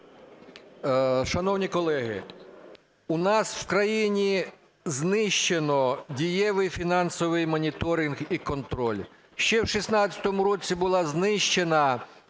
Шановні колеги, у нас в країні знищено дієвий фінансовий моніторинг і контроль. Ще в 16-му році була знищена